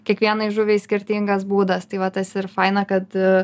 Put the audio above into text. kiekvienai žuviai skirtingas būdas tai va tas ir faina kad